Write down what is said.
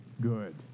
good